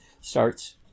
starts